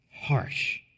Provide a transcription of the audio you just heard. harsh